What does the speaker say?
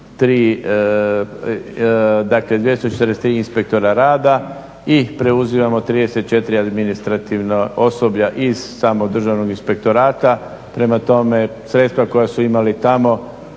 243 inspektora rada i preuzimamo 34 administrativnog osoblja iz samog Državnog inspektorata. Prema tome, sredstva koja su imali tamo